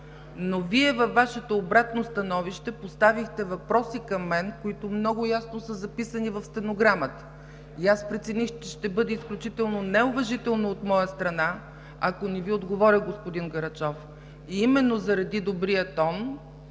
отново. Във Вашето обратно становище поставихте въпроси към мен, които много ясно са записани в стенограмата и аз прецених, че ще бъде изключително неуважително от моя страна, ако не Ви отговоря, господин Караджов. Именно заради добрия тон,